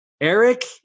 Eric